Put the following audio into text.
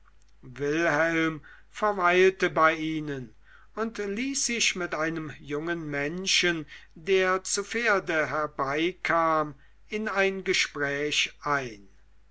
wilhelm verweilte bei ihnen und ließ sich mit einem jungen menschen der zu pferde herbeikam in ein gespräch ein